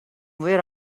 where